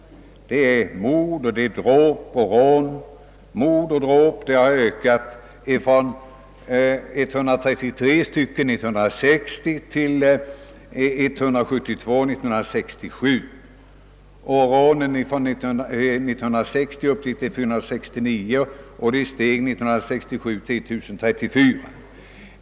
Antalet registrerade fall av mord och dråp har ökat från 133 år 1960 till 172 år 1967. Antalet rån uppgick år 1960 till 469 och steg år 1967 till 1 034.